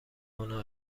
آنها